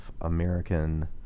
American